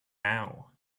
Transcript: now